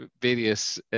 various